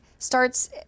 starts